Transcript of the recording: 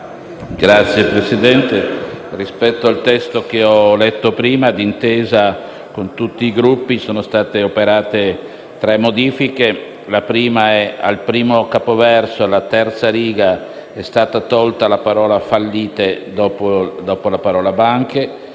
Signor Presidente, rispetto al testo che ho letto prima, d'intesa con tutti i Gruppi, sono state operate tre modifiche. La prima riguarda il primo capoverso dove, alla terza riga, è stata la tolta la parola «fallite» dopo la parola «banche».